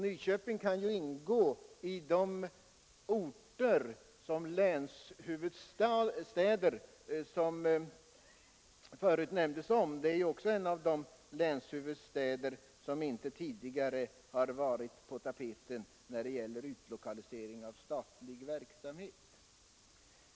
Nyköping ingår ju bland de orter med ställning som länshuvudsstad som tidigare nämndes. Nyköping är en av de länshuvudstäder som inte tidigare varit på tapeten när det gällt utlokalisering av statlig verksamhet.